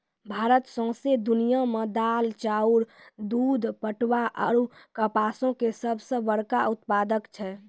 भारत सौंसे दुनिया मे दाल, चाउर, दूध, पटवा आरु कपासो के सभ से बड़का उत्पादक छै